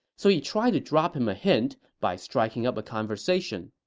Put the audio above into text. so he tried to drop him a hint by striking up a conversation